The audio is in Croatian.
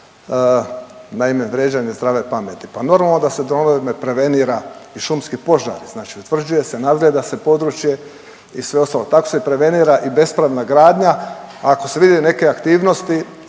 naime vrijeđanje zdrave pameti, pa naravno da se dronovima prevenira i šumski požari, znači utvrđuje se i nadgleda se područje i sve ostalo, tako se prevenira i bespravna gradnja. Ako se vide neke aktivnosti